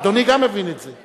אדוני גם מבין את זה.